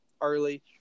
early